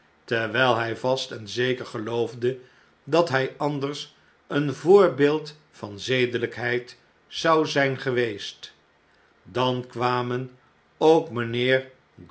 terwijl hij vast en zeker geloofde dat hij anders een voorbeeld van zedelijkheid zou zijn geweest dan kwamen ook mijnheer